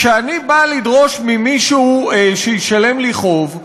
כשאני בא לדרוש ממישהו שישלם לי חוב,